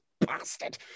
Bastard